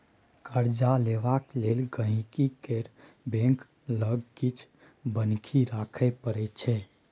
कर्जा लेबाक लेल गांहिकी केँ बैंक लग किछ बन्हकी राखय परै छै